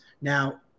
Now